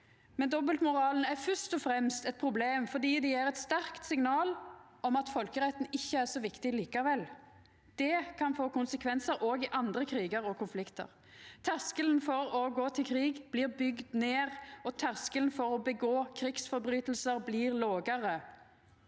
men dobbeltmoralen er fyrst og fremst eit problem fordi det gjev eit sterkt signal om at folkeretten ikkje er så viktig likevel. Det kan få konsekvensar òg i andre krigar og konfliktar. Terskelen for å gå til krig blir bygd ned, og terskelen for å gjera krigsbrotsverk blir lågare.